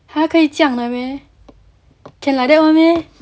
!huh! 可以这样的 meh can like that [one] meh